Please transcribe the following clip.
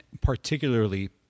particularly